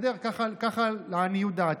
ככה לעניות דעתי.